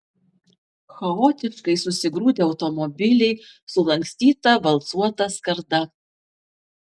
chaotiškai susigrūdę automobiliai sulankstyta valcuota skarda